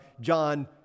John